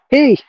Hey